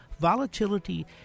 volatility